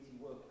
work